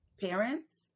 parents